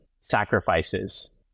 sacrifices